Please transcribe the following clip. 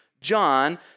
John